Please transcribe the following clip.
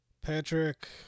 patrick